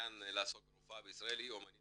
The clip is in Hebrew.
מעוניין לעסוק ברפואה בישראל, היא אמנית